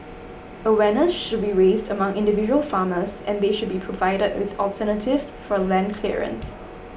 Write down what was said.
awareness should be raised among individual farmers and they should be provided with alternatives for land clearance